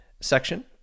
section